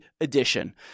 edition